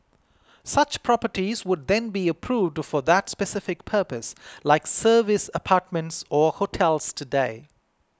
such properties would then be approved for that specific purpose like service apartments or hotels today